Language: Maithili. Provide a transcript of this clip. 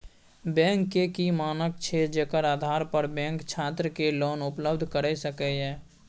बैंक के की मानक छै जेकर आधार पर बैंक छात्र के लोन उपलब्ध करय सके ये?